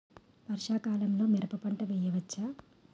వర్షాకాలంలో మిరప పంట వేయవచ్చా?